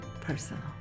personal